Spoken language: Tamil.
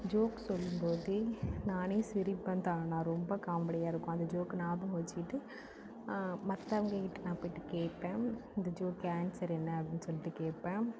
ஜோக் சொல்லும்போது நான் சிரிப்பேன் தானாக ரொம்ப காமடியாக இருக்கும் அந்த ஜோக் ஞாபகம் வச்சுக்கிட்டு மற்றவங்க கிட்டே நான் போய்ட்டு கேப்பேன் இந்த ஜோக் ஆன்சர் என்ன அப்டின்னு சொல்லிவிட்டு கேப்பேன்